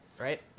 Right